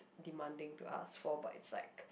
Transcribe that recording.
demanding to ask for but it's like